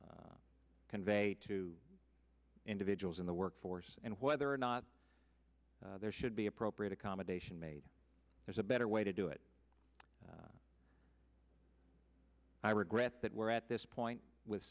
convey to individuals in the workforce and whether or not there should be appropriate accommodation made there's a better way to do it i regret that we're at this point with